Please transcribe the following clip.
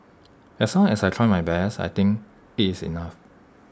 as long as I tried my best I think IT is enough